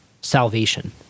salvation